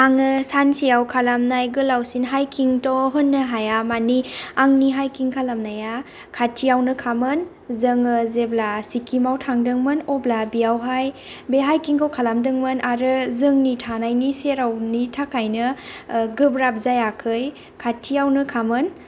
आङो सानसेआव खालामनाय गोलावसिन हाइकिंथ' होननो हाया माने आंनि हाइकिं खालामनाया खाथिआवनो खामोन जोङो जेब्ला शिक्किमाव थांदोंमोन अब्ला बेयावहाय बे हाइकिंखौ खालामदोंमोन आरो जोंनि थानायनि सेरावनि थाखायनो ओ गोब्राब जायाखै खाथिआवनो खामोन